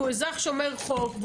והוא אזרח שומר חוק,